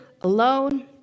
alone